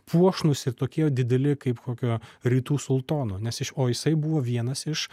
puošnūs ir tokie dideli kaip kokio rytų sultono nes iš o jisai buvo vienas iš